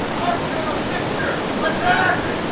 armstrong's mixture, attack!